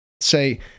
Say